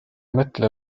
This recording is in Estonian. mõtle